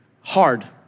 hard